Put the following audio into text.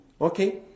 Okay